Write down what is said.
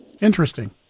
Interesting